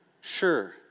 Sure